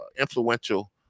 influential